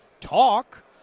talk